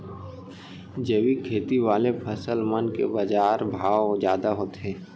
जैविक खेती वाले फसल मन के बाजार भाव जादा होथे